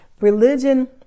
Religion